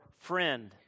friend